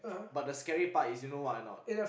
but the scary part is you know what or not